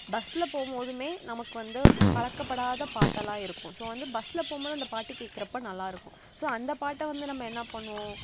பஸ்ஸில் போகும் போதுமே நமக்கு வந்து பழக்கப்படாத பாட்டெல்லாம் இருக்கும் ஸோ வந்து பஸ்ஸில் போகும் போது அந்த பாட்டு கேக்கிறப்ப நல்லாயிருக்கும் ஸோ அந்த பாட்டை வந்து நம்ம என்ன பண்ணுவோம்